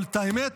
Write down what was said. אבל, את האמת?